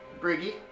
Briggy